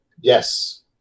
yes